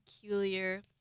peculiar